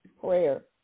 prayer